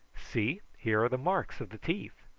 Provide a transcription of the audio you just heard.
see, here are the marks of the teeth.